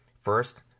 First